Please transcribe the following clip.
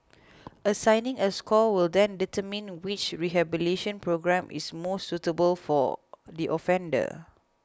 assigning a score will then determine which rehabilitation programme is most suitable for the offender